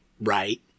Right